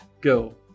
Go